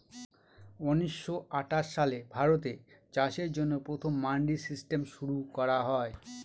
উনিশশো আঠাশ সালে ভারতে চাষের জন্য প্রথম মান্ডি সিস্টেম শুরু করা হয়